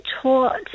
taught